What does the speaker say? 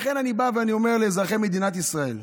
לכן אני בא ואני אומר לאזרחי מדינת ישראל: